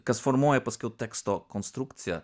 kas formuoja paskui teksto konstrukciją